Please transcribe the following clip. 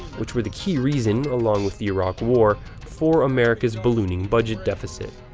which were the key reason along with the iraq war for america's ballooning budget deficit.